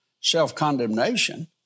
self-condemnation